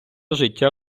життя